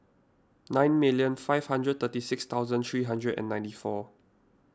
nine million five hundred thirty six thousand three hundred and ninety four